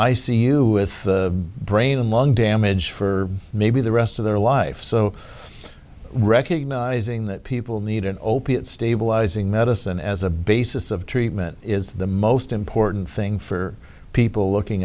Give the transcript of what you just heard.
with brain and lung damage for maybe the rest of their life so recognizing that people need an opiate stabilizing medicine as a basis of treatment is the most important thing for people looking